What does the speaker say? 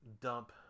dump